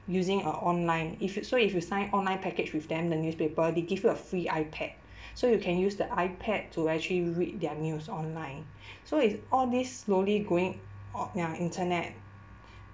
using uh online if you so if you sign online package with them the newspaper they give you a free ipad so you can use the ipad to actually read their news online so it's all these slowly going o~ their internet